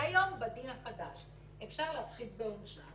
והיום בדין החדש אפשר להפחית בעונשה.